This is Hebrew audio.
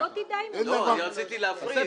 לא, אני רציתי להפריד.